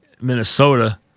Minnesota